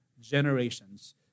generations